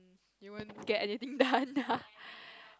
you won't get anything done